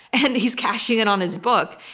and he's cashing in on his book.